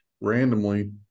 randomly